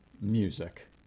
music